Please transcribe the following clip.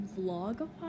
vlog